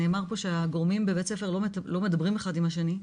נאמר פה שהגורמים בבית הספר לא מדברים אחד עם השני,